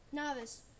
Novice